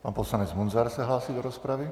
Pan poslanec Munzar se hlásí do rozpravy.